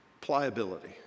pliability